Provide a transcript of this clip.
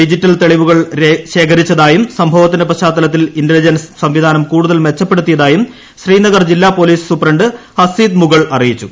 digital തെളിവുകൾ ശേഖരിച്ചതായും സംഭവ ത്തിന്റെ പശ്ചാത്തലത്തിൽ ഇന്റലിജൻസ് സ്റ്റ്വിധാനം കൂടുതൽ മെച്ച പ്പെടുത്തിയതായും ശ്രീനഗർ ജില്ലാ പ്പേര്ലീസ് സൂപ്രണ്ട് ഹസീദ് മുഗൾ അറിയിച്ചു